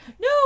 no